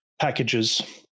packages